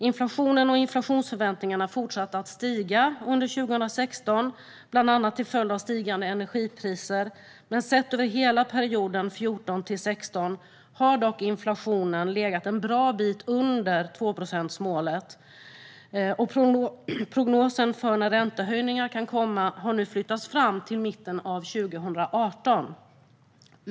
Inflationen och inflationsförväntningarna fortsatte att stiga under 2016, bland annat till följd av stigande energipriser. Men sett över hela perioden 2014-2016 har inflationen legat en bra bit under tvåprocentsmålet. Prognosen för när räntehöjningar kan komma har nu flyttats fram till mitten av 2018.